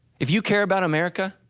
if you care about america,